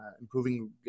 improving